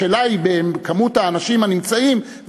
השאלה היא בכמות האנשים הנמצאים,